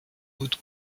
haute